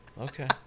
Okay